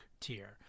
tier